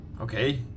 Okay